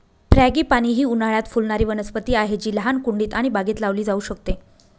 frangipani ही उन्हाळयात फुलणारी वनस्पती आहे जी लहान कुंडीत आणि बागेत लावली जाऊ शकते